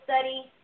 study